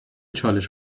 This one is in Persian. چالش